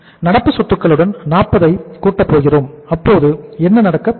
நடப்பு சொத்துக்களுடன் 40 ஐ கூட்ட போகிறோம் அப்போது என்ன நடக்கப்போகிறது